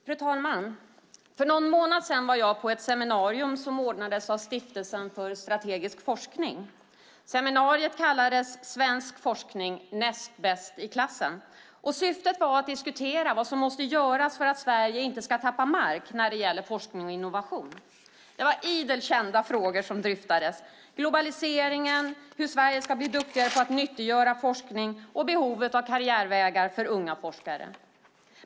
Fru talman! För någon månad sedan var jag på ett seminarium som ordnades av Stiftelsen för Strategisk Forskning. Seminariet kallades "Svensk forskning - näst bäst i klassen?" Syftet var att diskutera vad som måste göras för att Sverige inte ska tappa mark när det gäller forskning och innovation. Det var idel kända frågor som dryftades: globaliseringen, hur Sverige ska bli duktigare på att nyttiggöra forskning och behovet av karriärvägar för unga forskare.